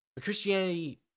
Christianity